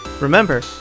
Remember